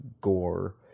gore